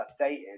updated